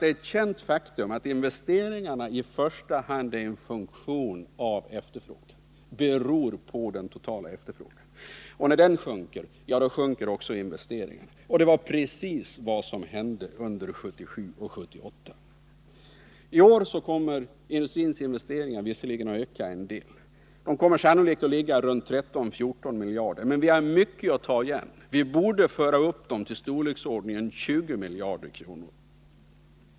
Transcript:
Det är ett känt faktum att investeringarna i första hand är en funktion av den totala efterfrågan. Sjunker den, minskar också investeringarna. Det var också exakt vad som hände under 1977 och 1978. I år kommer industrins investeringar att öka en del. De kommer sannolikt att ligga runt 13-14 miljarder. Men vi har mycket att ta igen. De borde föras upp till storleksordningen 20 miljarder.